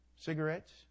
Cigarettes